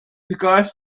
because